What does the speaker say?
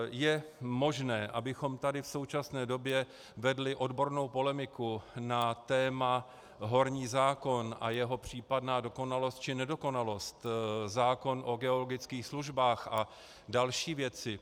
Je možné, abychom tady v současné době vedli odbornou polemiku na téma horní zákon a jeho případná dokonalost či nedokonalost, zákon o geologických službách a další věci.